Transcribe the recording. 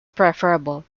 preferable